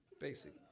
basic